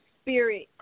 spirit